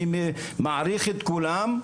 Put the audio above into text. אני מעריך את כולם.